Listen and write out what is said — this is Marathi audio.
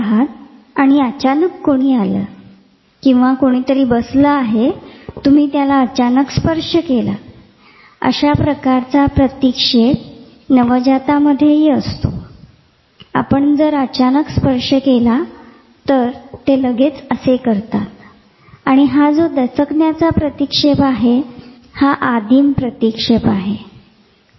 समजा तुम्ही अंधारातून जात आहात आणि अचानक कोणी आले किंवा कोणीतरी बसले आहे आणि त्याला तुम्ही अचानक स्पर्श केलात तर अशा प्रकारचा प्रतीक्षेप नवजातामध्ये असतो आपण जर अचानक स्पर्श केला तर ते लगेच असे करतात आणि हा दचकण्याचा प्रतीक्षेप आहे हा आदिम प्रतीक्षेप आहे